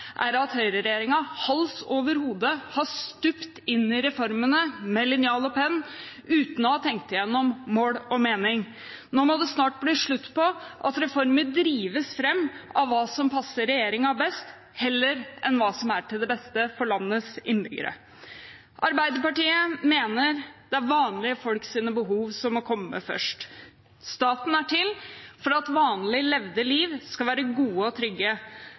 er at høyreregjeringen hals over hode har stupt inn i reformene med linjal og penn uten å ha tenkt igjennom mål og mening. Nå må det snart blir slutt på at reformer drives fram av hva som passer regjeringen best, heller enn hva som er til det beste for landets innbyggere. Arbeiderpartiet mener det er vanlige folks behov som må komme først. Staten er til for at et vanlig levd liv skal være godt og